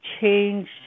change